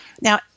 Now